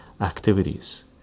activities